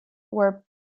were